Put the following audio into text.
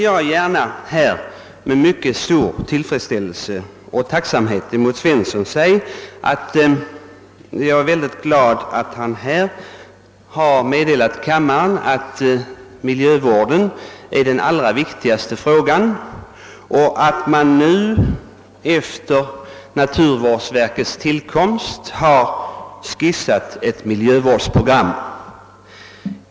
Jag vill säga herr Svensson i Kungälv att jag är mycket tacksam, att han här meddelat kammarens ledamöter att miljövården är den viktigaste frågan i svensk politik just nu, och att man nu efter naturvårdsverkets tillkomst har skisserat ett miljövårdsprogram.